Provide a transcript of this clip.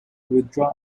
withdraw